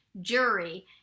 jury